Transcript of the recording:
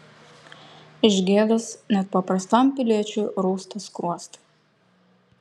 iš gėdos net paprastam piliečiui rausta skruostai